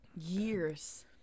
years